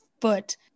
foot